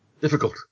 difficult